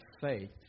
faith